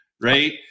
right